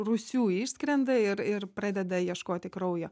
rūsių išskrenda ir ir pradeda ieškoti kraujo